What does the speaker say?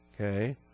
Okay